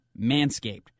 manscaped